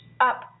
up